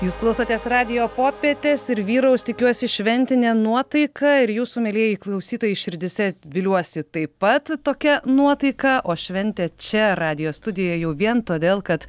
jūs klausotės radijo popietės ir vyraus tikiuosi šventinė nuotaika ir jūsų mielieji klausytojai širdyse viliuosi taip pat tokia nuotaika o šventę čia radijo studija jau vien todėl kad